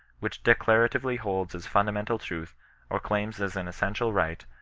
which declarativdy holds as funda mental truths or claims as an essential right,